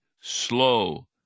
slow